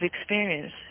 experience